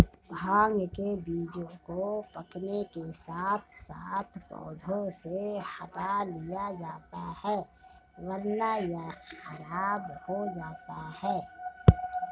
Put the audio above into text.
भांग के बीजों को पकने के साथ साथ पौधों से हटा लिया जाता है वरना यह खराब हो जाता है